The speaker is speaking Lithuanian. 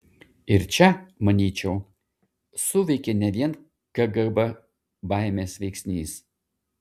ir čia manyčiau suveikė ne vien kgb baimės veiksnys